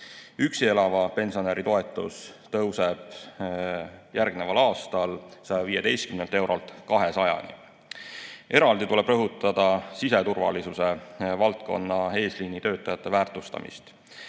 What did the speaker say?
Üksi elava pensionäri toetus tõuseb järgneval aastal 115 eurolt 200-ni. Eraldi tuleb rõhutada siseturvalisuse valdkonna eesliinitöötajate väärtustamist.